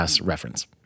reference